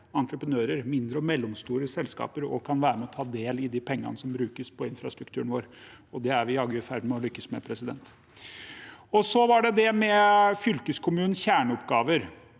entreprenører, mindre og mellomstore selskaper, også kan være med og ta del i de pengene som brukes på infrastrukturen vår. Det er vi jaggu i ferd med å lykkes med. Til det med fylkeskommunens kjerneoppgaver: